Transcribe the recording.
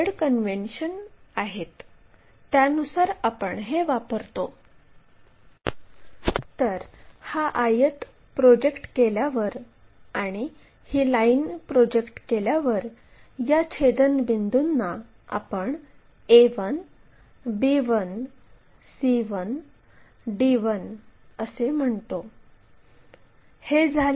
अशाप्रकारे आपण p q आणि त्यावरून प्रोजेक्ट केलेली p q लाईन काढली जी 60 मिमी आहे